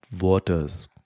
waters